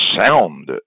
sound